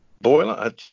boiler